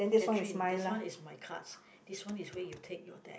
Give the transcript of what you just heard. Katherine this one is my cards this one is where you take your deck